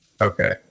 Okay